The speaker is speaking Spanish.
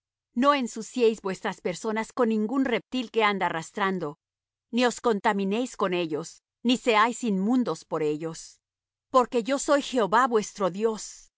no ensuciéis vuestras personas con ningún reptil que anda arrastrando ni os contaminéis con ellos ni seáis inmundos por ellos pues que yo soy jehová vuestro dios